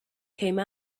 came